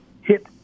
hit